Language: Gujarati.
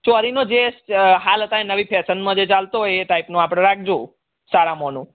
ચૌરીનો જે હાલ અત્યારે નવી ફેશનમાં જે ચાલતો હોય એ ટાઈપનો આપણે રાખજો સારામાંનો